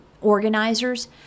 organizers